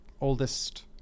oldest